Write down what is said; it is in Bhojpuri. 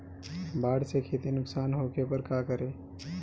बाढ़ से खेती नुकसान होखे पर का करे?